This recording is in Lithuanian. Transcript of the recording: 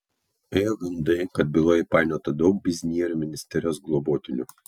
ėjo gandai kad byloje įpainiota daug biznierių ministerijos globotinių